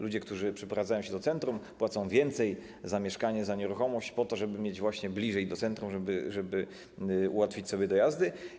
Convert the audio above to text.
Ludzie, którzy przeprowadzają się do centrum, płacą więcej za mieszkanie, za nieruchomość po to, żeby mieć właśnie bliżej do centrum, żeby ułatwić sobie dojazdy.